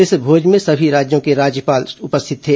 इस भोज में सभी राज्यों के राज्यपाल उपस्थित थे